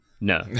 No